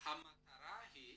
המטרה היא